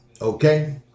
okay